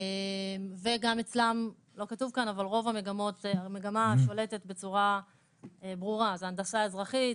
וגם אצלם המגמה השולטת בצורה ברורה זה הנדסה אזרחית,